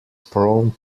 prone